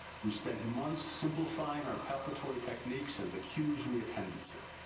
we spent and months simplifying our palpatory techniques and the cues we attended to.